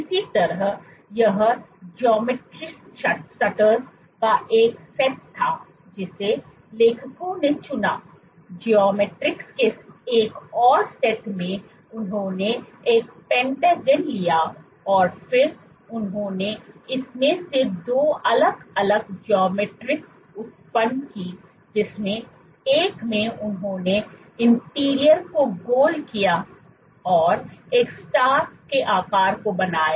इसी तरह यह ज्यामिति स्टूटर्स का एक सेट था जिसे लेखकों ने चुना ज्यामिटिरीस के एक और सेट में उन्होंने एक पेंटागन लिया और फिर उन्होंने इसमें से 2 अलग अलग ज्यामिटिरीस उत्पन्न की जिसमें एक में उन्होंने इंटीरियर को गोल किया और एक स्टार के आकार को बनाया